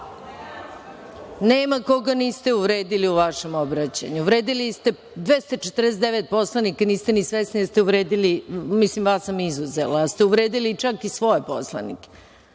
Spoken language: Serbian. Nema koga niste uvredili u vašem obraćanju. Uvredili ste 249 poslanika, niste ni svesni da ste uvredili, mislim, vas sam izuzela. Vi ste uvredili čak i svoje poslanike.